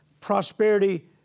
prosperity